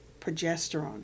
progesterone